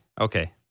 okay